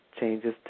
Changes